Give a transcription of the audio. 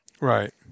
Right